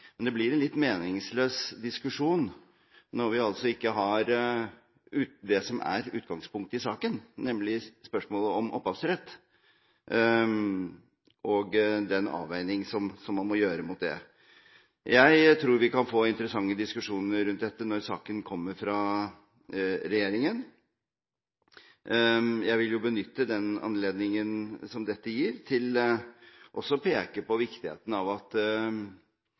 Men det blir en litt meningsløs diskusjon når vi ikke har det som er utgangspunktet i saken, nemlig spørsmålet om opphavsrett og den avveining som man må gjøre mot det. Jeg tror vi kan få interessante diskusjoner rundt dette når saken kommer fra regjeringen. Jeg vil benytte den anledningen som dette gir, til også å peke på viktigheten av at